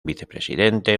vicepresidente